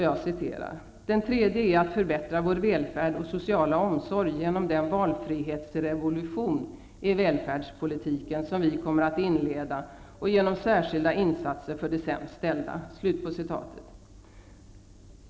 Jag citerar: ''Den tredje är att förbättra vår välfärd och sociala omsorg genom den valfrihetsrevolution i välfärdspolitiken som vi kommer att inleda och genom särskilda insatser för de sämst ställda.''